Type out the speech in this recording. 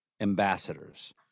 Ambassadors